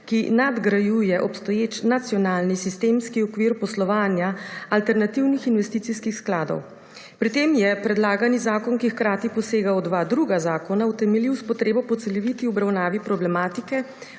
ki nadgrajuje obstoječ nacionalni sistemski okvir poslovanja alternativnih investicijskih skladov. Pri tem je predlagani zakon, ki hkrati posega v dva druga zakona, utemeljil s potrebo po celoviti obravnavi problematike